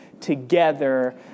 together